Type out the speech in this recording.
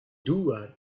douar